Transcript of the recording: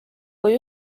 kui